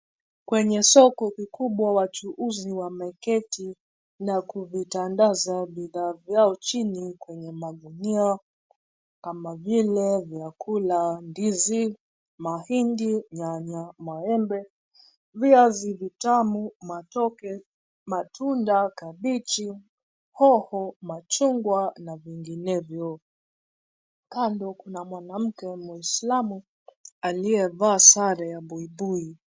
Kwenye soko kikubwa wachuuzi wameketi, na kuvitandaza bidhaa vyao chini kwenye magunia, kama vile: vyakula, ndizi, mahindi, nyanya, maembe, viazi vitamu, matoke, matunda, kabichi, hoho, machungwa, na vinginevyo. Kando kuna mwanamke muislamu, aliyevaa sare ya buibui.